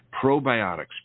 probiotics